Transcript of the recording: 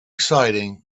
exciting